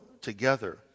together